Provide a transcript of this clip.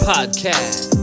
Podcast